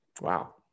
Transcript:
Wow